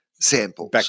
samples